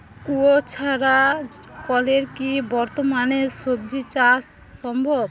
কুয়োর ছাড়া কলের কি বর্তমানে শ্বজিচাষ সম্ভব?